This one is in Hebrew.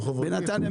בנתניה,